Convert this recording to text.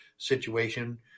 situation